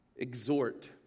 exhort